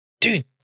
Dude